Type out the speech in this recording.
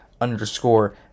underscore